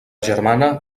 germana